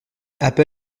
apple